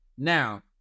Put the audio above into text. Now